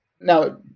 Now